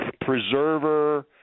preserver